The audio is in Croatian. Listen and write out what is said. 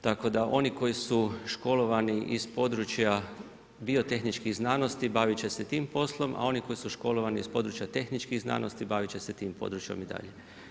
Tako da oni koji su školovani iz područja biotehničkih znanosti baviti će se tim poslom a oni koji su školovani iz područja tehničkih znanosti baviti će se tim područjem i dalje.